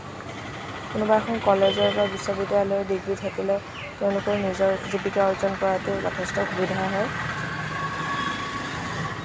কোনোবা এখন কলেজৰ বা বিশ্ববিদ্যালয়ৰ ডিগ্ৰী থাকিলে তেওঁলোকৰ নিজৰ জীৱিকা অৰ্জন কৰাটো যথেষ্ট সুবিধা হয়